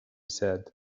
said